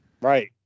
Right